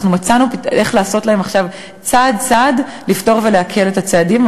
אנחנו מצאנו איך בצעד-צעד לפתור ולהקל את הצעדים.